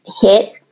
hit